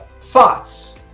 thoughts